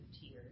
Tears